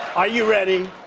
are you ready?